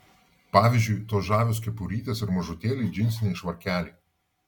pavyzdžiui tos žavios kepurytės ir mažutėliai džinsiniai švarkeliai